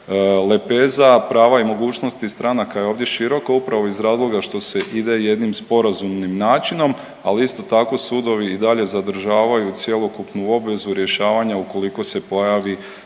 lepeza prava i mogućnosti stranaka je ovdje široka upravo iz razloga što se ide jednim sporazumnim načinom, ali isto tako sudovi i dalje zadržavaju cjelokupnu obvezu rješavanja ukoliko se pojavi